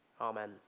Amen